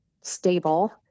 stable